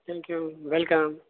okay thank you welcome